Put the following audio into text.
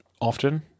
often